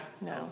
No